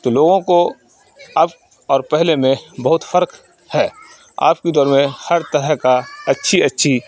تو لوگوں کو اب اور پہلے میں بہت فرق ہے اب کے دور میں ہر طرح کا اچھی اچھی